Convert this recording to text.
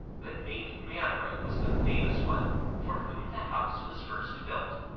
but maimie mannering was the famous one for whom the house was first built.